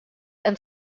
and